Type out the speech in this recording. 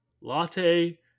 Latte